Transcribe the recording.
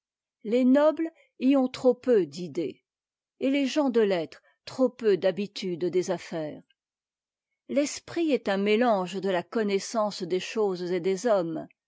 les nobles y ont trop peu d'idées et les gens de lettres trop peu d'habitude des affaires l'esprit est un métange de la connaissance des choses et des hommes